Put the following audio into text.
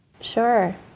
Sure